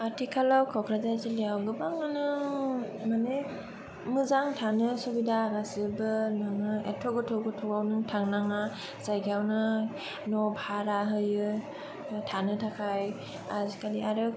आथिखालाव ककराझार जिल्लायाव गोबाङानो माने मोजां थानो सुबिदा गासैबो एथ' गोथौ गोथौवाव नों थांनाङा जायगायावनो न' भारा होयो थानो थाखाय आजिखालि आरो